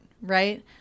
Right